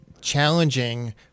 challenging